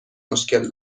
مشکل